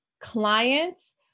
clients